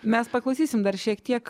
mes paklausysim dar šiek tiek